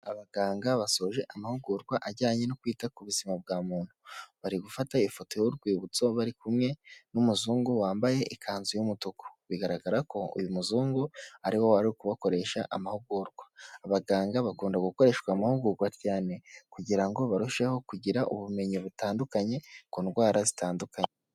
Abaganga basoje amahugurwa ajyanye no kwita ku buzima bwa muntu, bari gufata ifoto y'urwibutso bari kumwe n'umuzungu wambaye ikanzu y'umutuku, bigaragara ko uyu muzungu ari we wari uri kubakoresha amahugurwa, abaganga bakunda gukoreshwa amahugurwa cyane kugira ngo barusheho kugira ubumenyi butandukanye ku ndwara zitandukanye.